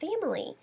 family